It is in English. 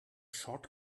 short